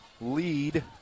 lead